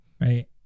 right